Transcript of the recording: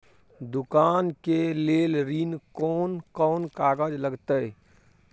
दुकान के लेल ऋण कोन कौन कागज लगतै?